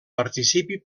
participi